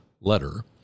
letter